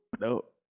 Nope